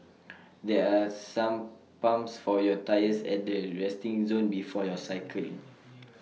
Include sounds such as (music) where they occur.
there are some pumps for your tyres at the resting zone before you cycling (noise)